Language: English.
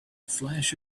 flash